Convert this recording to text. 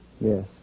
Yes